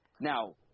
Now